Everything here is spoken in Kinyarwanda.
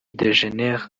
degeneres